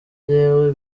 jewe